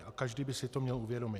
A každý by si to měl uvědomit.